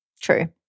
True